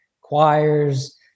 choirs